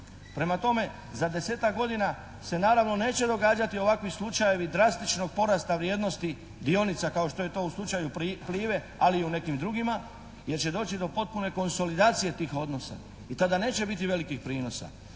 Prema tome, za desetak godina se naravno neće događati ovakvi slučajevi drastičnog porasta vrijednosti dionica kao što je to u slučaju Plive ali i u nekim drugima jer će doći do potpune konsolidacije tih odnosa i tada neće biti velikih prinosa.